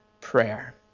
prayer